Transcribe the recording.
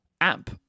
app